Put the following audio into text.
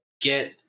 get